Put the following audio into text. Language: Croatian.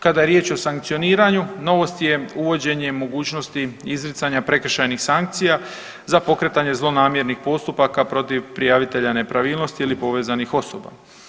Kada je riječ o sankcioniranju novost je uvođenje i mogućnost izricanja prekršajnih sankcija za pokretanje zlonamjernih postupaka protiv prijavitelja nepravilnosti ili povezanih osoba.